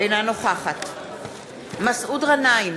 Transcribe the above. אינה נוכחת מסעוד גנאים,